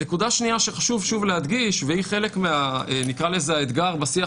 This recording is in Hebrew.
נקודה שנייה שחשוב שוב להדגיש והיא חלק נקרא לזה מהאתגר בשיח